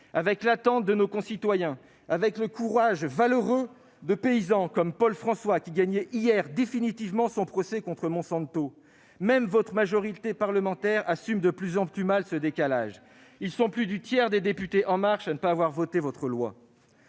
avec l'attente de nos concitoyens, avec le courage de valeureux paysans comme Paul François qui, hier, gagnait définitivement son procès contre Monsanto ! Même votre majorité parlementaire assume de plus en plus mal ce décalage et plus d'un tiers des députés En Marche n'a pas voté votre